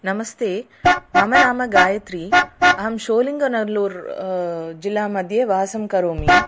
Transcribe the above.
नमस्ते मम नाम गायत्री अहं शोलिङ्ग नर्लूर् जिल्ला मध्ये वासं करोमि